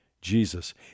Jesus